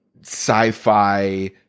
sci-fi